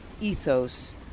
ethos